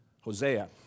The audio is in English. Hosea